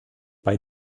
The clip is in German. bei